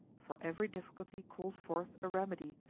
for every difficulty calls forth a remedy,